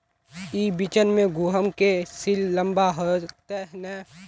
ई बिचन में गहुम के सीस लम्बा होते नय?